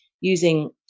using